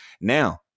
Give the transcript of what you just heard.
Now